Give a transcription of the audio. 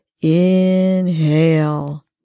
Inhale